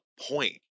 point